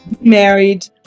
married